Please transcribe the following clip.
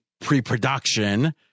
pre-production